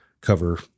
cover